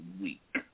week